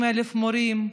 20,000 מורים,